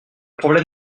problème